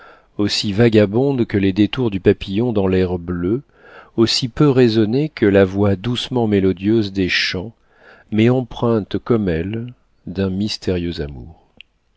aussi vagabonde que les détours du papillon dans l'air bleu aussi peu raisonnée que la voix doucement mélodieuse des champs mais empreinte comme elle d'un mystérieux amour